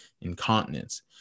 incontinence